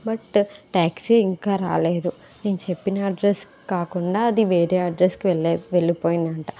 but taxi ఇంకా రాలేదు నేను చెప్పిన అడ్రస్ కాకుండా అది వేరే అడ్రస్కి వెళ్లే వెళ్ళిపోయింది అంట